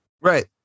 Right